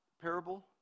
parable